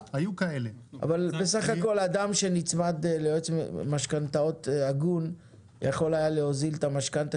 אבל בסך הכל אדם שנצמד ליועץ משכנתאות הגון יכול היה להוזיל את המשכנתא